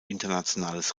internationales